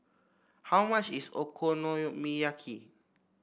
how much is Okonomiyaki